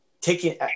taking